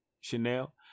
Chanel